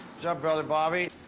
so up brother bobby?